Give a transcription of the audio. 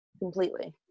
Completely